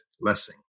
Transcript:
lessing